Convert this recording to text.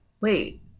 wait